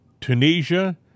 Tunisia